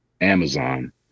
Amazon